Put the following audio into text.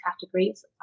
categories